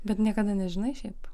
bet niekada nežinai šiaip